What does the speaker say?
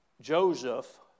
Joseph